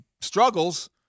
struggles